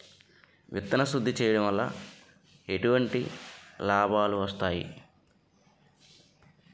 విత్తన శుద్ధి చేయడం వల్ల ఎలాంటి లాభాలు వస్తాయి?